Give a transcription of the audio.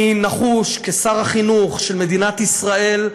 אני נחוש, כשר החינוך של מדינת ישראל,